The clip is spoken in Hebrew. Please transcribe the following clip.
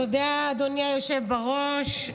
תודה, אדוני היושב בראש.